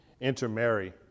intermarry